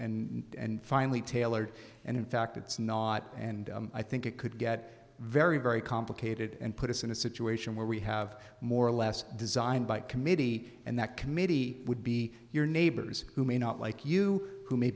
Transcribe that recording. finally tailored and in fact it's not and i think it could get very very complicated and put us in a situation where we have more or less designed by committee and that committee would be your neighbors who may not like you who may